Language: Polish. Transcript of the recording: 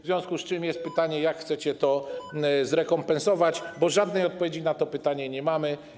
W związku z tym jest pytanie, jak chcecie to zrekompensować, bo żadnej odpowiedzi na to pytanie nie mamy.